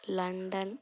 London